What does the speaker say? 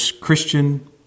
Christian